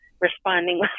responding